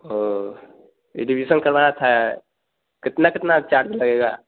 ओह admission करवाना था कितना कितना चार्ज लगेगा